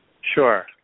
Sure